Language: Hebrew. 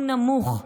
הוא נמוך.